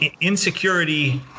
insecurity